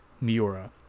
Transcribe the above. Miura